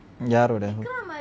யாரோட:yaaroda